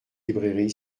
librairie